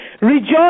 Rejoice